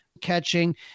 catching